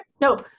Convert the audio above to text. no